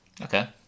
Okay